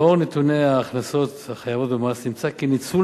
לאור נתוני ההכנסות החייבות במס נמצא כי ניצול